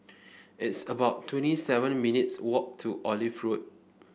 it's about twenty seven minutes' walk to Olive Road